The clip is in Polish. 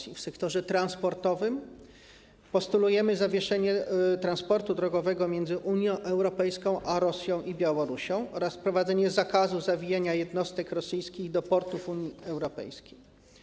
Jeśli chodzi o sektor transportowy, postulujemy zawieszenie transportu drogowego między Unią Europejską a Rosją i Białorusią oraz wprowadzenie zakazu zawijania jednostek rosyjskich do portów Unii Europejskiej.